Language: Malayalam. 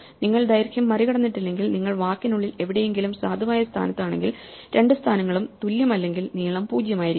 നിങ്ങൾ ദൈർഘ്യം മറികടന്നിട്ടില്ലെങ്കിൽ നിങ്ങൾ വാക്കിനുള്ളിൽ എവിടെയെങ്കിലും സാധുവായ സ്ഥാനത്താണെങ്കിൽ രണ്ട് സ്ഥാനങ്ങളും തുല്യമല്ലെങ്കിൽ നീളം 0 ആയിരിക്കും